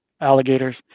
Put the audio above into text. alligators